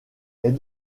est